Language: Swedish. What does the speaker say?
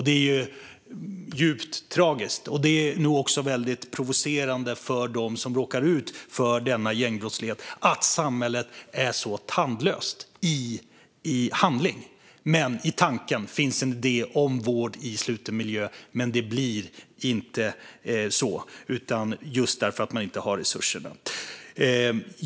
Det är djupt tragiskt, och det är nog också väldigt provocerande för dem som råkar ut för gängbrottsligheten att samhället är så tandlöst i handling. I tanken finns en idé om vård i sluten miljö, men sedan blir det inte så för att man inte har resurserna.